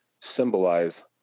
symbolize